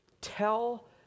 Tell